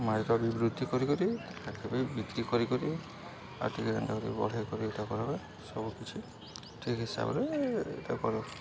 ରା ବି ବୃଦ୍ଧି କରିକିରି ତାହାକେ ବି ବିକ୍ରି କରିି କି ଆଉ ଟିକେ ଏନ୍ତା କରି ବଢ଼େଇ କରି ଇ'ଟା କର୍ବେ ସବୁକିଛି ଠିକ୍ ହିସାବରେ ଇ'ଟା କର୍ବେ